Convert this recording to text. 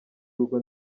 urugo